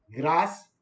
grass